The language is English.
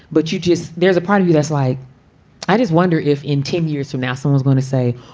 but you just. there's a part of you that's like i just wonder if in ten years from now someone's going to say,